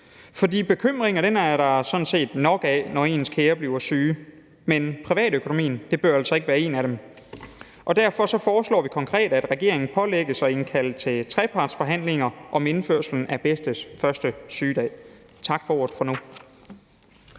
For bekymringer er der sådan set nok af, når ens kære bliver syge, men privatøkonomien bør altså ikke være en af dem. Derfor foreslår vi konkret, at regeringen pålægges at indkalde til trepartsforhandlinger om indførslen af bedstes første sygedag. Tak for ordet for nu.